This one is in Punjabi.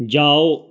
ਜਾਓ